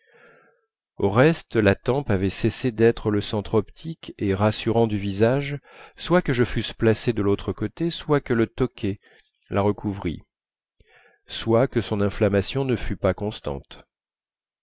au reste la tempe avait cessé d'être le centre optique et rassurant du visage soit que je fusse placé de l'autre côté soit que le toquet la recouvrît soit que son inflammation ne fût pas constante